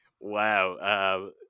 wow